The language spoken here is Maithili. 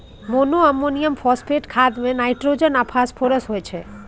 मोनोअमोनियम फास्फेट खाद मे नाइट्रोजन आ फास्फोरस होइ छै